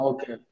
Okay